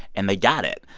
and they got it.